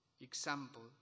example